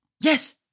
Yes